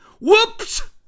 Whoops